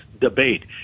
debate